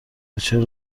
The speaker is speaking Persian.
ریچل